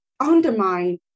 undermine